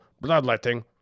bloodletting